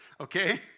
okay